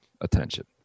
attention